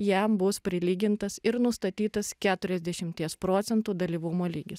jam bus prilygintas ir nustatytas keturiasdešimties procentų dalyvumo lygis